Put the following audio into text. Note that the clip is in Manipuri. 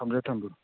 ꯊꯝꯖꯔꯦ ꯊꯝꯕꯤꯔꯣ